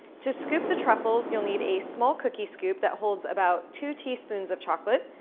to scoop the truffles, you'll need a small cookie scoop that holds about two teaspoons of chocolate,